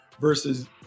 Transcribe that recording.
versus